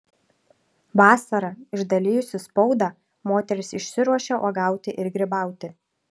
vasarą išdalijusi spaudą moteris išsiruošia uogauti ir grybauti